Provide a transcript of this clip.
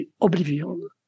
oblivion